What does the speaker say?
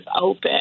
open